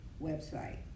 website